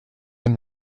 aime